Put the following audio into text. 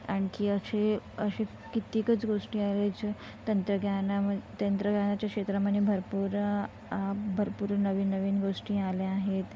आणखी असे असे कित्येकच गोष्टी आहेत जो तंत्रज्ञानाम तंत्रज्ञानाच्या क्षेत्रामध्ये भरपूर भरपूर नवीन नवीन गोष्टी आल्या आहेत